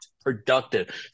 productive